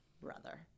brother